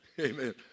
Amen